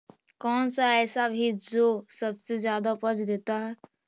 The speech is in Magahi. कौन सा ऐसा भी जो सबसे ज्यादा उपज देता है?